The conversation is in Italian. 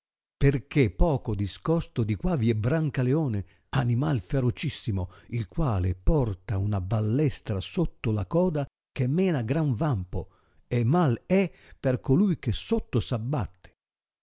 perchè poco discosto di qua vi è brancaleone animai ferocissimo il quale porta una ballestra sotto la coda che mena gran vampo e mal è per colui che sotto s'abbatte